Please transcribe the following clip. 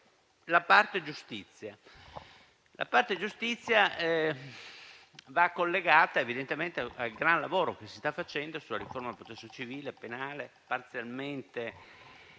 la parte della giustizia va collegata evidentemente al gran lavoro che si sta facendo sulla riforma del processo civile e penale, parzialmente,